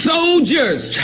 Soldiers